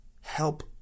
help